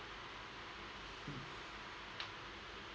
mm